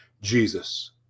Jesus